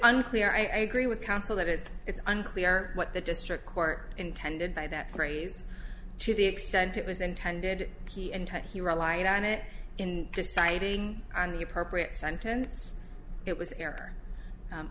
unclear i agree with counsel that it's it's unclear what the district court intended by that phrase to the extent it was intended and he relied on it in deciding on the appropriate sentence it was